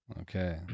Okay